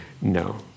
No